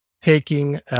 taking